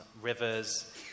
rivers